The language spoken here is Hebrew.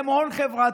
הם הון חברתי.